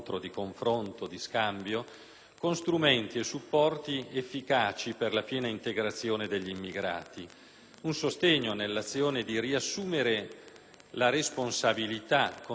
con strumenti e supporti efficaci per la piena integrazione degli immigrati, un sostegno nell'azione di riassumere la responsabilità, con scienza e coscienza,